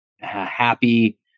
happy